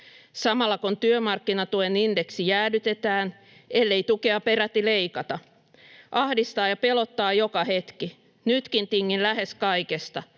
samalla, kun työmarkkinatuen indeksi jäädytetään, ellei tukea peräti leikata. Ahdistaa ja pelottaa joka hetki. Nytkin tingin lähes kaikesta.